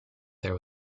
there